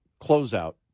closeout